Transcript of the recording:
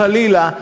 חלילה,